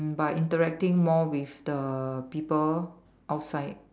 by interacting more with the people outside